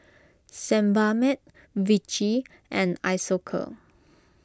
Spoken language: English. Sebamed Vichy and Isocal